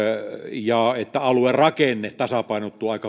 ja että aluerakenne tasapainottuu aika